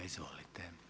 Izvolite.